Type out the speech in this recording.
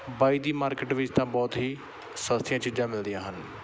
ਬਾਈ ਦੀ ਮਾਰਕੀਟ ਵਿੱਚ ਤਾਂ ਬਹੁਤ ਹੀ ਸਸਤੀਆਂ ਚੀਜ਼ਾਂ ਮਿਲਦੀਆਂ ਹਨ